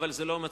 אך זה לא מספיק.